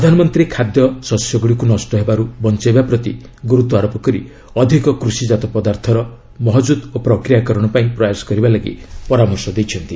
ପ୍ରଧାନମନ୍ତ୍ରୀ ଖାଦ୍ୟଶସ୍ୟଗୁଡ଼ିକୁ ନଷ୍ଟ ହେବାରୁ ବଞ୍ଚାଇବା ପ୍ରତି ଗୁରୁତ୍ୱ ପ୍ରଦାନ କରି ଅଧିକ କୃଷିଜାତ ପଦାର୍ଥର ମହକୁତ ଓ ପ୍ରକ୍ରିୟାକରଣ ପାଇଁ ପ୍ରୟାସ କରିବାକୁ ପରାମର୍ଶ ଦେଇଛନ୍ତି